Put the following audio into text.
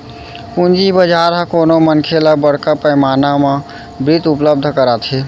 पूंजी बजार ह कोनो मनखे ल बड़का पैमाना म बित्त उपलब्ध कराथे